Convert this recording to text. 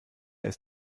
ist